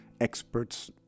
experts